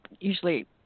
usually